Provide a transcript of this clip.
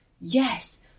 Yes